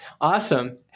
Awesome